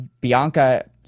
Bianca